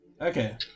Okay